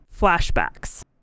flashbacks